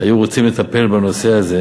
היו רוצים לטפל בנושא הזה,